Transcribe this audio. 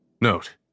Note